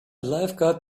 lifeguard